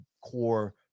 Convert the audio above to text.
core